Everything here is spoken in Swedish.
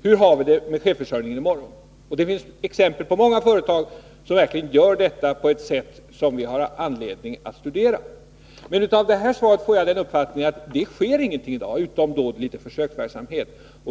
och i morgon. Det finns många exempel på företag som gör det på ett sätt som vi har anledning att studera. Av svaret får jag uppfattningen att inom den offentliga verksamheten sker ingenting sådant i dag, utom litet försöksverksamhet.